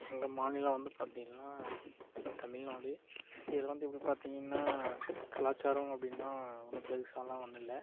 எங்கள் மாநிலம் வந்து பார்த்திங்கள்னா தமிழ்நாடு இதில் வந்து எப்படி பார்த்திங்கனா கலாச்சாரம் அப்படினா ஒன்றும் பெருசாயெலாம் ஒன்றுல்ல